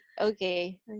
Okay